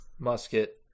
Musket